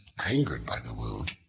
angered by the wound,